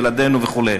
ילדינו וכו'.